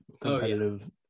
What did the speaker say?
competitive